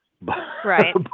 Right